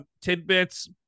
tidbits